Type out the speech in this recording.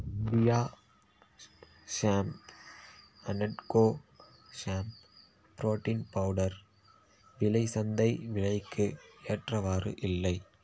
India ஸ் shape and and go shape protein powder விலை சந்தை விலைக்கு ஏற்றவாறு இல்லை